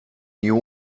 new